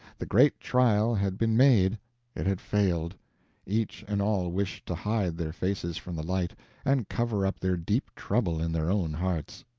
the great trial had been made it had failed each and all wished to hide their faces from the light and cover up their deep trouble in their own hearts.